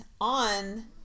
on